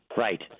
Right